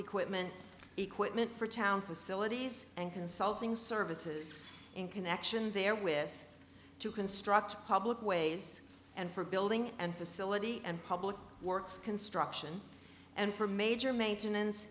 equipment equipment for town facilities and consulting services in connection there with to construct public ways and for building and facility and public works construction and for major maintenance